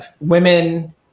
women